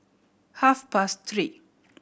half past three